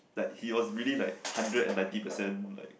like he was really like hundred and ninety percent like